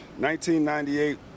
1998